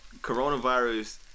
coronavirus